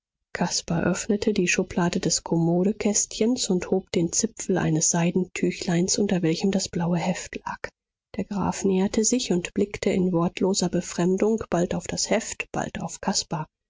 caspar öffnete die schublade des kommodekästchens und hob den zipfel eines seidentüchleins unter welchem das blaue heft lag der graf näherte sich und blickte in wortloser befremdung bald auf das heft bald auf caspar